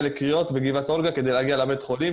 לקריאות בגבעת אולגה כדי להגיע לבית החולים,